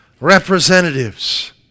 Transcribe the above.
representatives